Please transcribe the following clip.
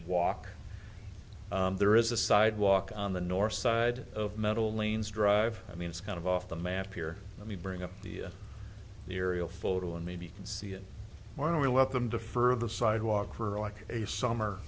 walk there is a sidewalk on the north side of metal lanes drive i mean it's kind of off the map here let me bring up the aerial photo and maybe you can see it why don't we let them defer the sidewalk for like a summer